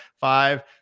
five